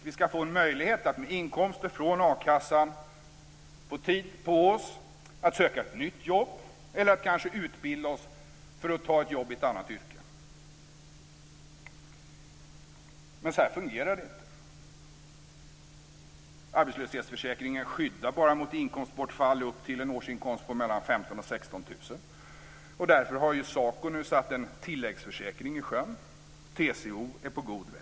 Vi ska få en möjlighet att med inkomster från a-kassan få tid på oss att söka ett nytt jobb eller kanske utbilda oss för att ta ett jobb i ett annat yrke. Men så här fungerar det inte. Arbetslöshetsförsäkringen skyddar bara mot inkomstbortfall upp till en inkomst på mellan 15 000 och 16 000. Därför har SACO nu satt en tilläggsförsäkring i sjön. TCO är på god väg.